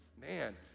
Man